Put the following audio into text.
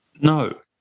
No